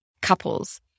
couples